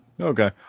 Okay